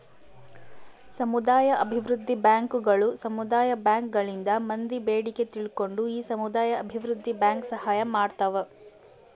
ಸಮುದಾಯ ಅಭಿವೃದ್ಧಿ ಬ್ಯಾಂಕುಗಳು ಸಮುದಾಯ ಬ್ಯಾಂಕ್ ಗಳಿಂದ ಮಂದಿ ಬೇಡಿಕೆ ತಿಳ್ಕೊಂಡು ಈ ಸಮುದಾಯ ಅಭಿವೃದ್ಧಿ ಬ್ಯಾಂಕ್ ಸಹಾಯ ಮಾಡ್ತಾವ